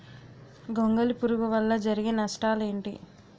గొంగళి పురుగు వల్ల జరిగే నష్టాలేంటి?